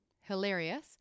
hilarious